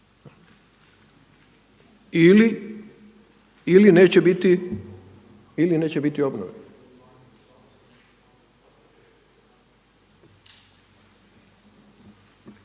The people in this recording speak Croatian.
ili neće biti obnove.